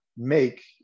Make